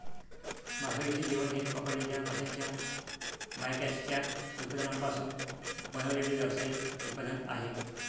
मासळीचे जेवण हे पकडलेल्या माशांच्या बायकॅचच्या उत्पादनांपासून बनवलेले व्यावसायिक उत्पादन आहे